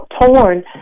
torn